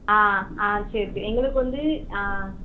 ஆ ஆ சரி சரி எங்களுக்கு வந்து ஆ